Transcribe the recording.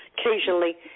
Occasionally